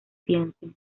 piensen